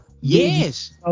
Yes